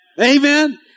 Amen